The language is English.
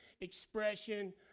expression